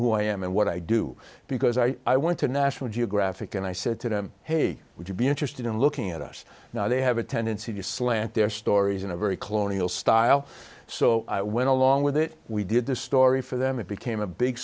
who i am and what i do because i i want to national geographic and i said to them hey would you be interested in looking at us now they have a tendency to slant their stories in a very cloning all style so i went along with it we did the story for them it became a big